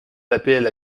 l’apl